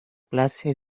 clase